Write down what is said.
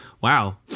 Wow